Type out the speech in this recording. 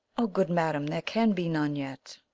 o, good madam, there can be none yet.